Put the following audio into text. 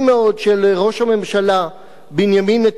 של ראש הממשלה בנימין נתניהו,